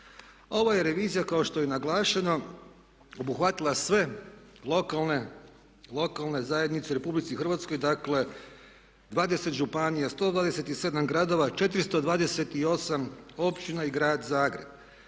Ovo je revizija kao što je naglašeno obuhvatila sve lokalne zajednice u RH, dakle 20 županija, 127 gradova, 428 općina i grad Zagreb.